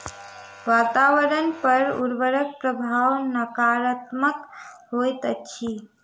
वातावरण पर उर्वरकक प्रभाव नाकारात्मक होइत अछि